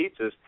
pizzas